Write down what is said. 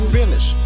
finish